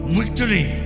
victory